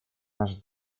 наш